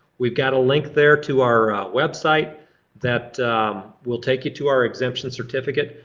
we've got a link there to our website that will take you to our exemption certificate.